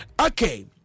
Okay